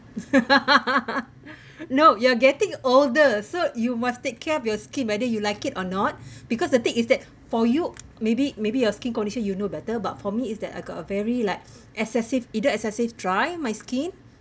no you are getting older so you must take care of your skin by then you like it or not because the thing is that for you maybe maybe your skin condition you know better but for me is that I got a very like excessive either excessive dry my skin